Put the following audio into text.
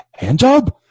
handjob